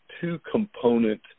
two-component